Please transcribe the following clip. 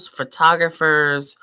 photographers